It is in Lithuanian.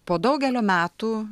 po daugelio metų